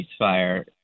ceasefire